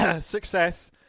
success